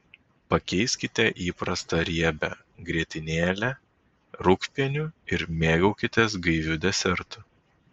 pakeiskite įprastą riebią grietinėlę rūgpieniu ir mėgaukitės gaiviu desertu